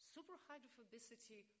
Superhydrophobicity